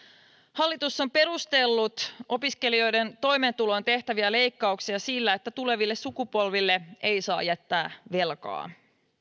hallitus on perustellut opiskelijoiden toimeentuloon tehtäviä leikkauksia sillä että tuleville sukupolville ei saa jättää velkaa